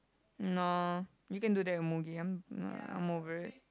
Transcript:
no you can do that in movie I'm not I'm over it